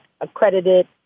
accredited